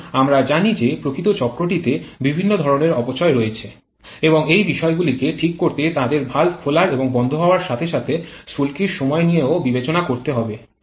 এখন আমরা জানি যে প্রকৃত চক্রটিতে বিভিন্ন ধরণের অপচয় রয়েছে এবং এই বিষয়গুলি কে ঠিক করতে আমাদের ভালভ খোলার এবং বন্ধ হওয়ার সাথে সাথে স্ফুলকির সময় নিয়েও বিবেচনা করতে হবে